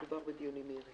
מדובר בדיונים מהירים.